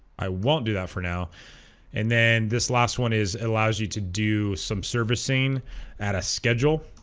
i won't do that for now and then this last one is it allows you to do some servicing at a schedule